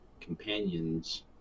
companions